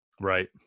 Right